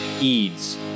Eads